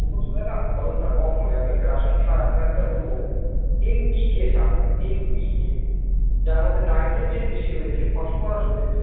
গোবর সারে না ফলনটা কম হবে আমি একটা রাসায়নিক সার এমন একটা দ্রব্য এনপিকে সার এনপিকে যার মধ্যে নাইট্রোজেন বেশি রয়েছে ফসফরাস রয়েছে